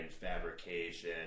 fabrication